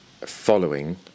following